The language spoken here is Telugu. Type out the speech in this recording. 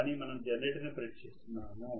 కానీ మనం జనరేటర్ నిపరీక్షిస్తున్నాము